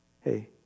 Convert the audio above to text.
Hey